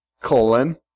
Colon